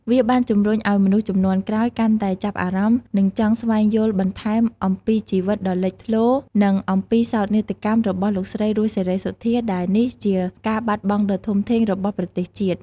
វាបានជំរុញឲ្យមនុស្សជំនាន់ក្រោយកាន់តែចាប់អារម្មណ៍ និងចង់ស្វែងយល់បន្ថែមអំពីជីវិតដ៏លេចធ្លោ និងអំពីសោកនាដកម្មរបស់លោកស្រី រស់ សេរីសុទ្ធា ដែលនេះជាការបាត់បង់ដ៏ធំធេង របស់ប្រទេសជាតិ។